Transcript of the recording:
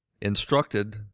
instructed